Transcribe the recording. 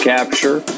Capture